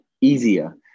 easier